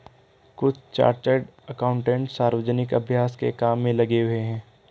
कुछ chartered accountant सार्वजनिक अभ्यास के काम में लगे हुए हैं